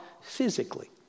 physically